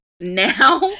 now